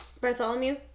Bartholomew